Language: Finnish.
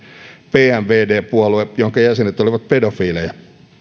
pnvd puolue jonka jäsenet olivat pedofiileja